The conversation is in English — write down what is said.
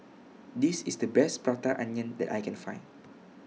This IS The Best Prata Onion that I Can Find